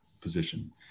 position